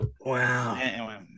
Wow